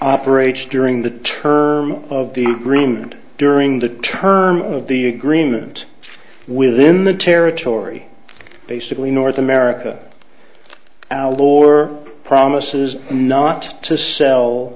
operates during the term of the dream and during the terms of the agreement within the territory basically north america our lawyer promises not to sell